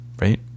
right